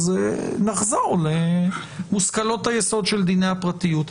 אז נחזור למושכלות היסוד של דיני הפרטיות.